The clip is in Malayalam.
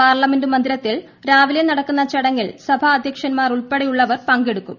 പാർലമെന്റ് മന്ദിരത്തിൽ രാവിലെ നടക്കുന്ന ചടങ്ങിൽ സഭാ അധ്യക്ഷൻമാർ ഉൾപ്പെടെയുള്ളവർ പങ്കെടുക്കും